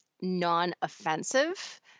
non-offensive